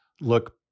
look